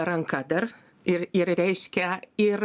ranka dar ir ir reiškia ir